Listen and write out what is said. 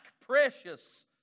precious